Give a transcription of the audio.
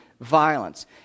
violence